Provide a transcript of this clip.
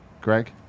Greg